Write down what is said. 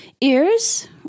ears